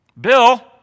Bill